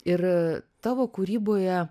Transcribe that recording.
ir tavo kūryboje